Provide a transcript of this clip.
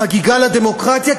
חגיגה לדמוקרטיה,